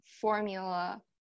formula